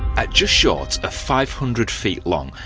at just short a five hundred feet long,